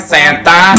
Santa